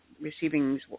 receiving